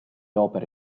opere